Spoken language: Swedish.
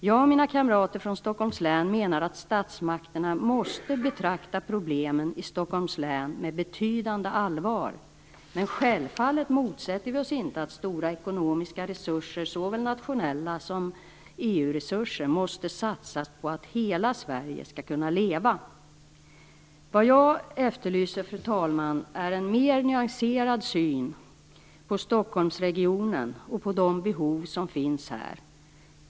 Jag och mina kamrater från Stockholms län menar att statsmakterna måste betrakta problemen i Stockholms län med betydande allvar. Men självfallet motsätter vi oss inte att stora ekonomiska resurser - såväl nationella som EU resurser - måste satsas på att hela Sverige skall kunna leva. Vad jag efterlyser, fru talman, är en mer nyanserad syn på Stockholmsregionen och på de behov som finns här.